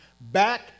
back